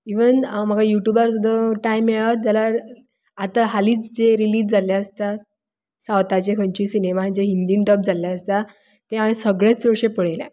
even हांव युट्यूबार सुद्दांं टायम मेळत जाल्यार आतां हालींच जे रिलीज जाल्लें आसता सावथाचे खंयचे सिनेमा जे हिंदीन डब जाल्ले आसता ते हांवें सगळेंच चडशे पळयल्यात